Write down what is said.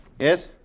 Yes